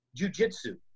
jujitsu